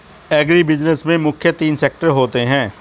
agribusiness में मुख्य तीन सेक्टर होते है